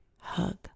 hug